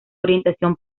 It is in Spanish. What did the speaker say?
orientación